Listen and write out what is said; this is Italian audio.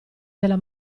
della